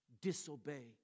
disobey